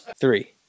Three